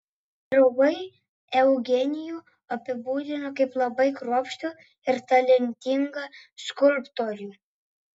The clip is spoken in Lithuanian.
draugai eugenijų apibūdino kaip labai kruopštų ir talentingą skulptorių